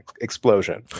explosion